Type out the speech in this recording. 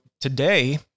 today